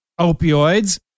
opioids